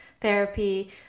therapy